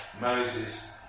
Moses